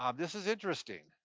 um this is interesting.